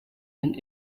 and